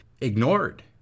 ignored